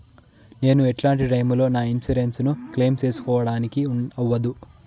నేను ఎట్లాంటి టైములో నా ఇన్సూరెన్సు ను క్లెయిమ్ సేసుకోవడానికి అవ్వదు?